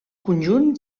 conjunt